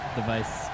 device